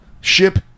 ship